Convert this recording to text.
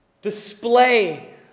Display